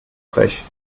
frech